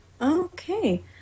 okay